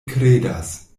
kredas